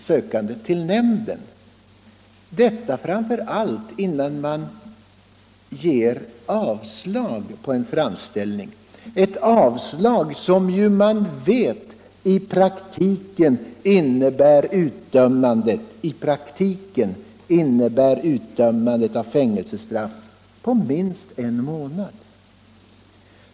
sökande till nämnden, detta framför allt innan avslag lämnas på en framställning — ett avslag som man vet i praktiken innebär utdömande av fängelsestraff på minst en månad?